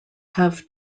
have